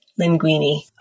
Linguini